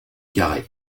carré